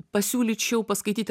pasiūlyčiau paskaityti